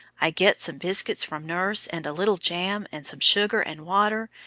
i get some biscuits from nurse, and a little jam, and some sugar and water,